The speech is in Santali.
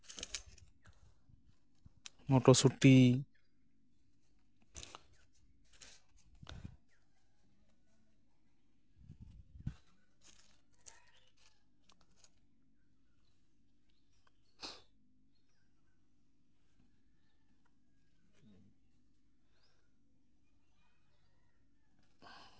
ᱢᱚᱴᱚᱨᱥᱩᱴᱤ